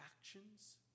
actions